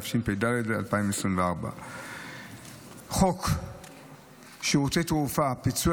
התשפ"ד 2024. חוק שירותי תעופה (פיצוי